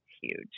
Huge